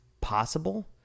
possible